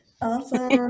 Awesome